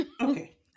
Okay